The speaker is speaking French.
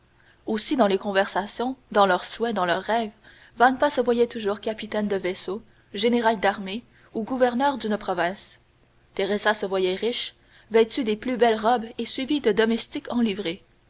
aussi dans leurs conversations dans leurs souhaits dans leurs rêves vampa se voyait toujours capitaine de vaisseau général d'armée ou gouverneur d'une province teresa se voyait riche vêtue des plus belles robes et suivie de domestiques en livrée